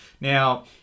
Now